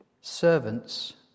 servants